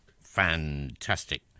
Fantastic